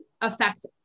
affect